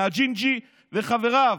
מהג'ינג'י וחבריו,